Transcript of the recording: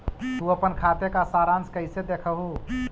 तु अपन खाते का सारांश कैइसे देखअ हू